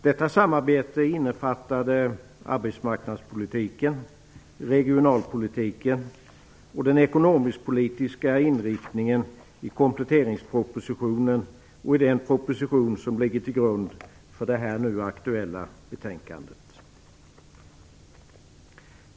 Detta samarbete innefattade arbetsmarknadspolitiken, regionalpolitiken och den ekonomisk-politiska inriktningen i kompletteringspropositionen och i den proposition som ligger till grund för det här nu aktuella betänkandet.